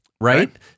Right